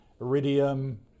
iridium